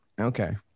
okay